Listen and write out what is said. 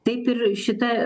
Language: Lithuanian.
taip ir šita